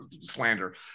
slander